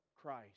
christ